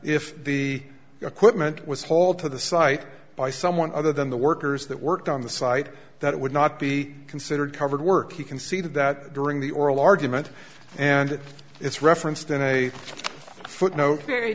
if the equipment was hauled to the site by someone other than the workers that worked on the site that it would not be considered covered work you can see that during the oral argument and it's referenced in a footnote very